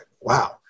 Wow